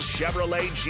Chevrolet